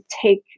take